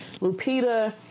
Lupita